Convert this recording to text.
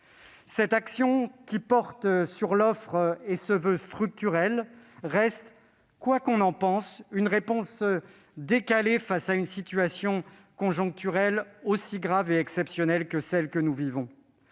Cette action, qui porte sur l'offre et se veut structurelle, reste, quoi qu'on en pense, une réponse décalée face à une situation conjoncturelle aussi grave et exceptionnelle que celle que nous vivons.